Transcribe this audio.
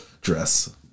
dress